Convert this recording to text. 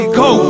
go